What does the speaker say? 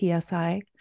PSI